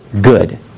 good